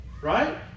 Right